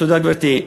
תודה, גברתי.